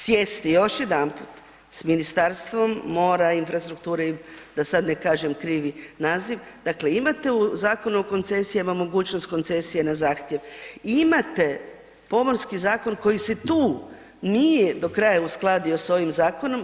Sjesti još jedanput s Ministarstvom mora, infrastrukture da sad ne kažem krivi naziv, dakle imate u Zakonu o koncesijama mogućnost koncesije na zahtjev i imate Pomorski zakon koji se tu nije do kraja uskladio s ovim zakonom.